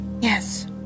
Yes